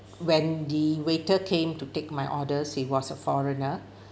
when the waiter came to take my orders he was a foreigner